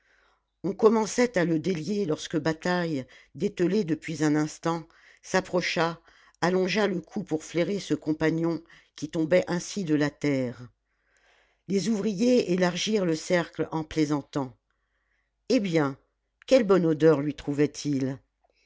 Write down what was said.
on commençait à le délier lorsque bataille dételé depuis un instant s'approcha allongea le cou pour flairer ce compagnon qui tombait ainsi de la terre les ouvriers élargirent le cercle en plaisantant eh bien quelle bonne odeur lui trouvait-il